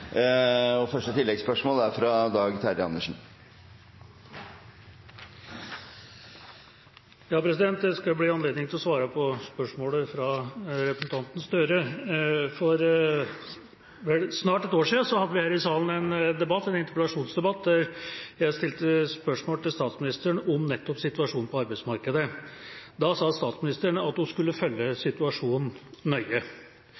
og det er påfallende … Nå har jeg ikke mer tid, så da tar jeg det i neste replikk, tror jeg. Det blir oppfølgingsspørsmål – først Dag Terje Andersen. Det skal bli anledning til å svare på spørsmålet fra representanten Gahr Støre. For snart et år siden hadde vi her i salen en interpellasjonsdebatt der jeg stilte spørsmål til statsministeren nettopp om situasjonen på arbeidsmarkedet. Da sa statsministeren at